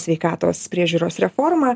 sveikatos priežiūros reformą